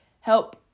help